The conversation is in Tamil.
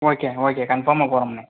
ஓகே ஓகே கன்ஃபார்மா போறோம்ணா